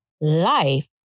life